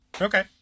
Okay